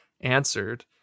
answered